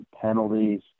penalties